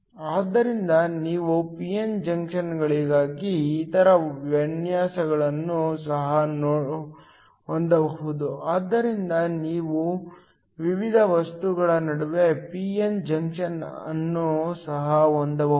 ಆದ್ದರಿಂದ ನೀವು p n ಜಂಕ್ಷನ್ಗಳಿಗಾಗಿ ಇತರ ವಿನ್ಯಾಸಗಳನ್ನು ಸಹ ಹೊಂದಬಹುದು ಆದ್ದರಿಂದ ನೀವು ವಿವಿಧ ವಸ್ತುಗಳ ನಡುವೆ p n ಜಂಕ್ಷನ್ ಅನ್ನು ಸಹ ಹೊಂದಬಹುದು